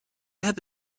have